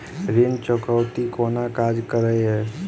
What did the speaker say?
ऋण चुकौती कोना काज करे ये?